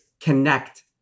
connect